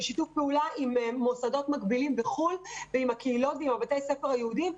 בשיתוף פעולה עם מוסדות מקבילים בחו"ל ועם הקהילות ובתי הספר היהודיים.